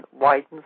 widens